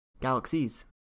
Galaxies